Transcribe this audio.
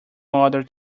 mother